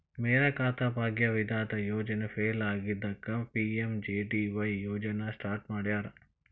ಮೇರಾ ಖಾತಾ ಭಾಗ್ಯ ವಿಧಾತ ಯೋಜನೆ ಫೇಲ್ ಆಗಿದ್ದಕ್ಕ ಪಿ.ಎಂ.ಜೆ.ಡಿ.ವಾಯ್ ಯೋಜನಾ ಸ್ಟಾರ್ಟ್ ಮಾಡ್ಯಾರ